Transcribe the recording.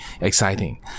exciting